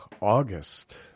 August